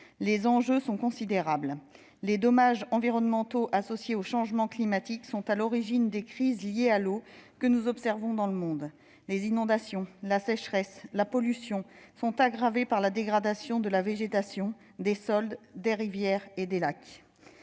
les enjeux sont considérables. Les dommages environnementaux, associés aux changements climatiques, sont à l'origine des crises liées à l'eau que nous observons dans le monde. Les inondations, la sécheresse et la pollution sont aggravées par la dégradation de la végétation, des sols, des rivières et des lacs.